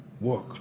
work